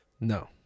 No